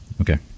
Okay